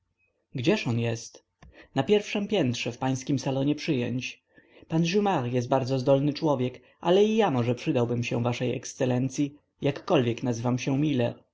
gdzież on jest na pierwszem piętrze w pańskim salonie przyjęć pan jumart jest bardzo zdolny człowiek ale i ja może przydałbym się waszej ekscelencyi jakkolwiek nazywam się miler